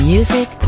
Music